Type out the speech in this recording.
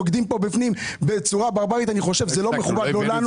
רוקדים פה בפנים בצורה ברברית זה לא מכובד לא לנו,